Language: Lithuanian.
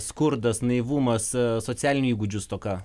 skurdas naivumas socialinių įgūdžių stoka